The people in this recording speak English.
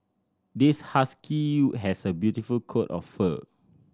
this husky has a beautiful coat of fur